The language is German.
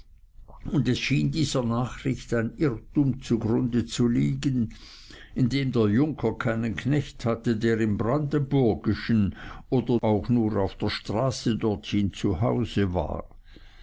und es schien dieser nachricht ein irrtum zum grunde zu liegen indem der junker keinen knecht hatte der im brandenburgischen oder auch nur auf der straße dorthin zu hause war